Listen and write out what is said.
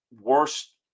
worst